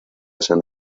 san